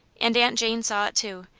and aunt jane saw it too,